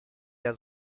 der